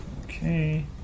Okay